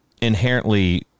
inherently